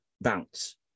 bounce